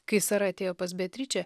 kai sara atėjo pas beatričę